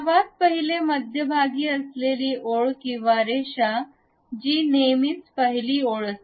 सर्वात पहिले मध्यभागी असलेली ओळ किंवा रेषा जी नेहमीच पहिली ओळ असते